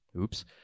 Oops